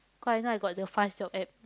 cause now I got the Fast Job App